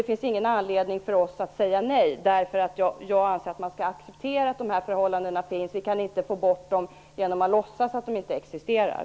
Det finns ingen anledning för oss att säga nej. Jag anser att man skall acceptera att förhållandena finns. Det går inte att få bort dem genom att låtsas om att de inte existerar.